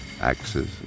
axes